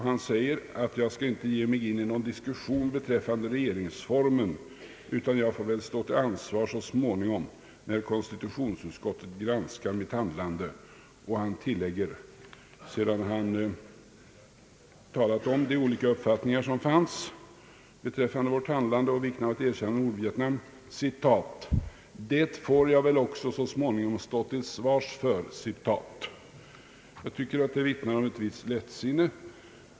Han säger följande: »Jag skall inte ge mig in i någon diskussion beträffande regeringsformen, utan jag får väl stå till ansvar så småningom när konstitutionsutskottet granskar mitt handlande.» Han tillägger, sedan han talat om de olika uppfattningar som rått beträffande vårt handlande och vikten av att erkänna Nordvietnam: »Det får jag väl också så småningom stå till svars för.» Jag tycker att detta vittnar om ett visst lättsinne.